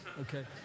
Okay